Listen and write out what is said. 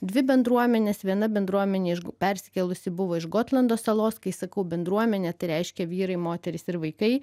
dvi bendruomenes viena bendruomenė persikėlusi buvo iš gotlando salos kai sakau bendruomenė tai reiškia vyrai moterys ir vaikai